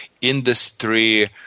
industry